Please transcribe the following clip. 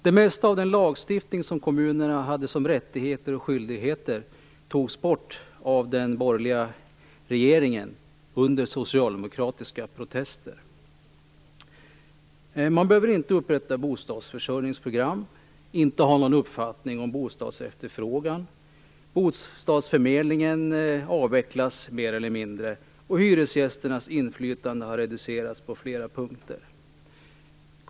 Det mesta av lagstiftningen om kommunernas rättigheter och skyldigheter togs bort av den borgerliga regeringen under socialdemokratiska protester. Man behöver inte upprätta bostadsförsörjningsprogram och inte ha någon uppfattning om bostadsefterfrågan. Bostadsförmedlingen avvecklas mer eller mindre, och hyresgästernas inflytande har reducerats på flera punkter.